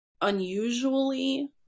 unusually